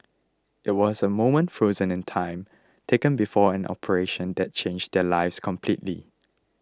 it was a moment frozen in time taken before an operation that changed their lives completely